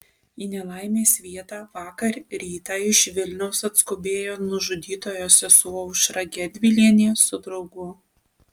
į nelaimės vietą vakar rytą iš vilniaus atskubėjo nužudytojo sesuo aušra gedvilienė su draugu